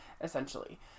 Essentially